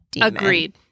Agreed